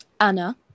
Anna